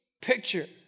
picture